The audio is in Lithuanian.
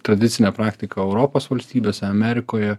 tradicinė praktika europos valstybėse amerikoje